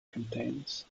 contains